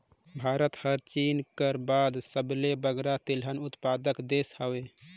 भारत हर चीन कर बाद सबले बगरा तिलहन उत्पादक देस हवे